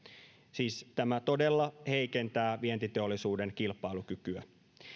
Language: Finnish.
siis tämä todella heikentää vientiteollisuuden kilpailukykyä